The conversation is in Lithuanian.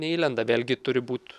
neįlenda vėlgi turi būt